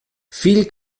viel